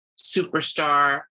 superstar